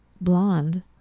blonde